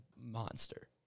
monster